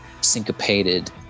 syncopated